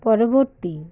পরবর্তী